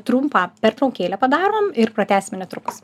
trumpą pertraukėlę padarom ir pratęsime netrukus